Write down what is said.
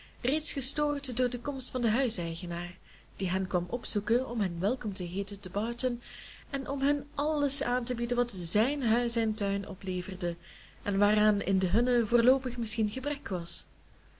reeds gestoord door de komst van den huiseigenaar die hen kwam opzoeken om hen welkom te heeten te baron en om hun alles aan te bieden wat zijn huis en tuin opleverden en waaraan in de hunne voorloopig misschien gebrek was